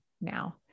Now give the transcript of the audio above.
now